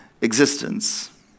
existence